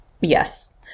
Yes